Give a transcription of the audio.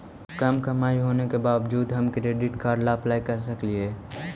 कम कमाई होने के बाबजूद हम क्रेडिट कार्ड ला अप्लाई कर सकली हे?